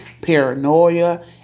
paranoia